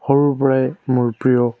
সৰুৰ পৰাই মোৰ প্ৰিয়